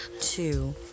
two